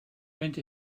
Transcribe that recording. went